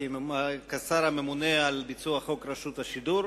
כשר הממונה על ביצוע חוק רשות השידור,